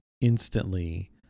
instantly